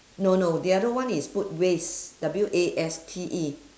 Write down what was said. no no the other one is put waste W A S T E